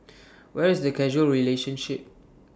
where is the causal relationship